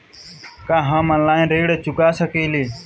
का हम ऑनलाइन ऋण चुका सके ली?